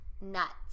nuts